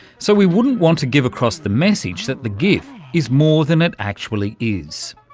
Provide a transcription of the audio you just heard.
so, we wouldn't want to give across the message that the gif is more than it actually is.